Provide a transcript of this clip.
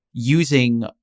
using